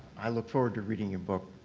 i look forward to reading your book.